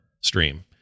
stream